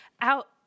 out